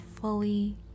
fully